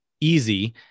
easy